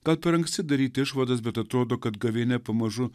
gal per anksti daryti išvadas bet atrodo kad gavėnia pamažu